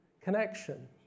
connection